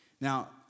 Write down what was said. Now